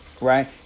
right